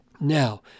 Now